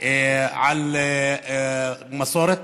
על מסורת,